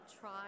try